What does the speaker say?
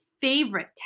favorite